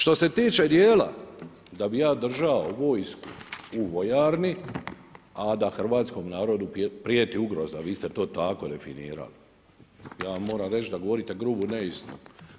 Što se tiče djela da bi ja držao vojsku u vojarni, a da hrvatskom narodu prijeti ugroza, vi ste to tako definirali, ja vam moram reći da govorite grubu neistinu.